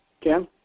Ken